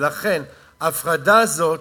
ולכן ההפרדה הזאת,